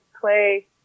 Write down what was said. play